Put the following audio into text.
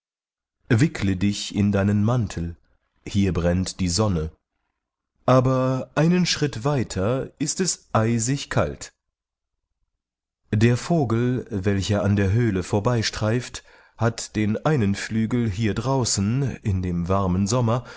wickle dich in deinen mantel hier brennt die sonne aber einen schritt weiter ist es eisig kalt der vogel welcher an der höhle vorbeistreift hat den einen flügel hier draußen in dem warmen sommer